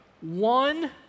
one